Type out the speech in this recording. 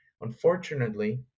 unfortunately